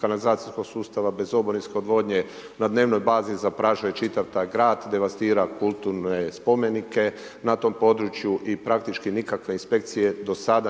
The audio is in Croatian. kanalizacijskog sustava, bez oborinske odvodnje, na dnevnoj bazi, zaprašuje čitav taj grad, devastira kulturne spomenike na tom području i praktički nikakve inspekcije